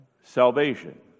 salvation